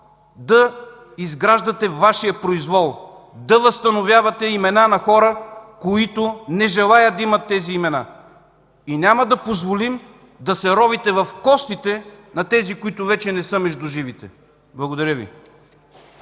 да изграждате Вашия произвол, да възстановявате имена на хора, които не желаят да имат тези имена. И няма да позволим да се ровите в костите на тези, които вече не са между живите. Благодаря Ви.